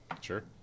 Sure